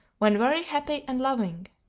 when very happy and loving,